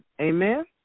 Amen